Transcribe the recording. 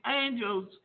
angels